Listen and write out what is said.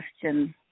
question